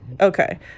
Okay